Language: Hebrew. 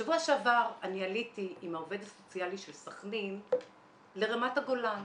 שבוע שעבר אני עליתי עם העובד הסוציאלי של סח'נין לרמת הגולן.